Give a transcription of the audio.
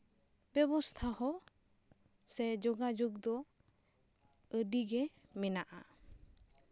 ᱵᱮᱵᱚᱥᱛᱷᱟ ᱫᱚ ᱥᱮ ᱡᱳᱜᱟᱡᱳᱜ ᱫᱚ ᱟᱹᱰᱤᱜᱮ ᱢᱮᱱᱟᱜᱼᱟ